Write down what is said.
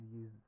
use